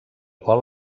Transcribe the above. gol